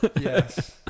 yes